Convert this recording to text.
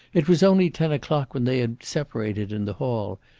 it was only ten o'clock when they had separated in the hall,